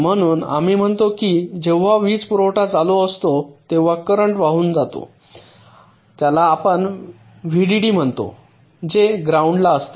म्हणून आम्ही म्हणतो की जेव्हा वीज पुरवठा चालू असतो तेव्हा करेन्ट वाहून जातो त्याला आपण व्हीडीडीला म्हणतो जे ग्राउंड ला असते